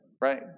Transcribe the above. right